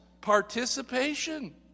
Participation